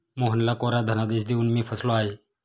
मोहनला कोरा धनादेश देऊन मी फसलो आहे